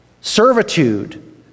Servitude